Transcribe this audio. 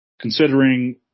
Considering